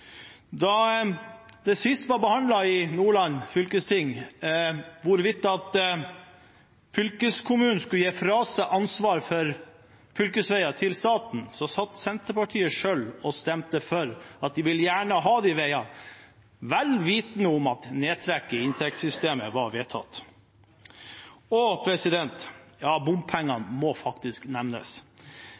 Da Nordland fylkesting sist behandlet hvorvidt fylkeskommunen skulle gi fra seg ansvaret for fylkesveiene til staten, satt Senterpartiet selv og stemte for at de gjerne ville ha disse veiene, vel vitende om at nedtrekket i inntektssystemet var vedtatt. Og bompengene må faktisk nevnes.